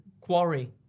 Quarry